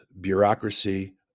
bureaucracy